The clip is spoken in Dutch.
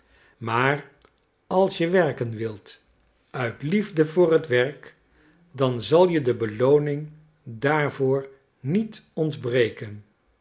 maar als je werken wilt uit liefde voor het werk dan zal je de belooning daarvoor niet ontbreken